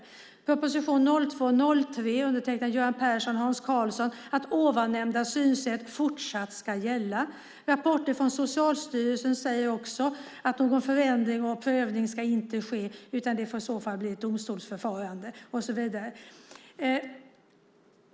I en proposition 2002/03 undertecknad av Göran Persson och Hans Karlsson står det att ovannämnda synsätt fortsatt ska gälla. Rapporter från Socialstyrelsen säger också att någon förändring av prövning inte ska ske utan att det i så fall får bli ett domstolsförfarande.